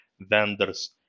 vendors